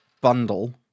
bundle